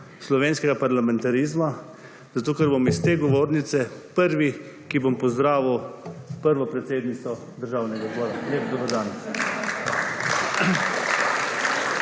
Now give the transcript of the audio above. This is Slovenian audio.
slovenskega parlamentarizma, zato ker bom izza te govornice prvi, ki bom pozdravil prvo predsednico Državnega zbora. Lep dober dan!